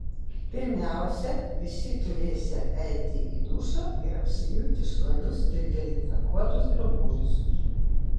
pirmiausia visi turėsią eiti į dušą ir apsivilkti švarius ir dezinfekuotus drabužius